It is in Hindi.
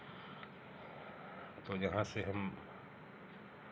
तो जहाँ से हम